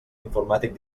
informàtic